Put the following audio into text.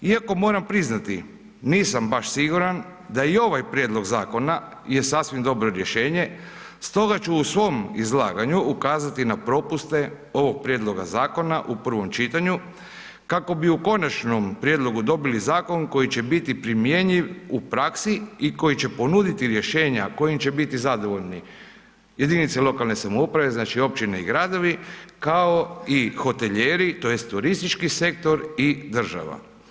Iako moram priznati nisam baš siguran da i ovaj prijedlog zakona je sasvim dobro rješenje, stoga ću u svom izlaganju ukazati na propuste ovog prijedloga zakona u prvom čitanju kako bi u konačnom prijedlogu dobili zakon koji će biti primjenjiv u praksi i koji će ponuditi rješenja kojim će biti zadovoljni jedinice lokalne samouprave, znači općine i gradovi kao i hoteljeri tj. turistički sektor i država.